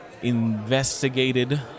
investigated